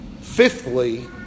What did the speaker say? fifthly